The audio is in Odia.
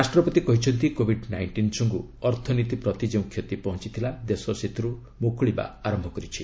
ରାଷ୍ଟ୍ରପତି କହିଛନ୍ତି କୋବିଡ୍ ନାଇଞ୍ଜିନ୍ ଯୋଗୁଁ ଅର୍ଥନୀତି ପ୍ରତି ଯେଉଁ କ୍ଷତି ପହଞ୍ଚଥିଲା ଦେଶ ସେଥିର୍ ମ୍ରକୃଳିବା ଆରମ୍ଭ କରିଛି